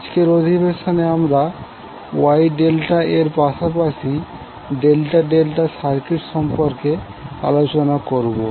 আজকের অধিবেশনে আমরা Y ∆ এর পাশাপাশি ∆∆ সার্কিট সম্পর্কে আলোচনা করবো